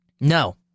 No